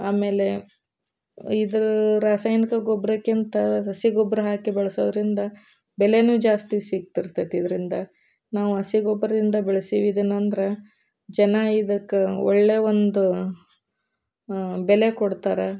ಆಮೇಲೆ ಇದು ರಾಸಾಯನಿಕ ಗೊಬ್ಬರಕ್ಕಿಂತ ಹಸಿ ಗೊಬ್ಬರ ಹಾಕಿ ಬಳಸೋದರಿಂದ ಬೆಲೆಯೂ ಜಾಸ್ತಿ ಸಿಗ್ತಿರ್ತೈತಿ ಇದರಿಂದ ನಾವು ಹಸಿ ಗೊಬ್ಬರದಿಂದ ಬೆಳೆಸೀವಿ ಇದನ್ನ ಅಂದ್ರೆ ಜನ ಇದಕ್ಕೆ ಒಳ್ಳೆಯ ಒಂದು ಬೆಲೆ ಕೊಡ್ತಾರೆ